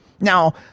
Now